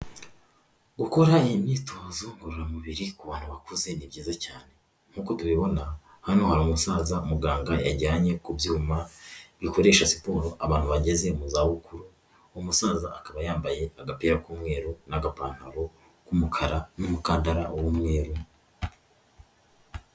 Gukora imyitozo ngororamubiri ku bantu bakuze ni byiza cyane, nk'uko tubibona hano hari umusaza muganga yajyanye ku byuma bikoresha siporo abantu bageze mu za bukuru, umusaza akaba yambaye agapira k'umweru n'agapantaro k'umukara n'umukandara w'umweru.